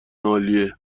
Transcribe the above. عالیه